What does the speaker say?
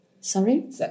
Sorry